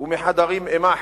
ומחדרים אימה.